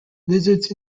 lizards